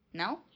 now